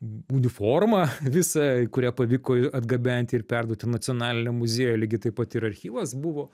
uniformą visą kurią pavyko atgabenti ir perduoti nacionaliniam muziejui lygiai taip pat ir archyvas buvo